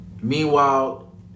Meanwhile